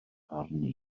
arni